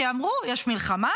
כי אמרו: יש מלחמה,